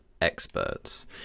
experts